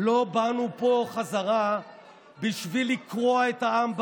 לא באנו לפה חזרה בשביל לקרוע את העם.